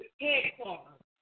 headquarters